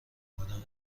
بودم